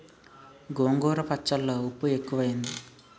గోంగూర పచ్చళ్ళో ఉప్పు ఎక్కువైంది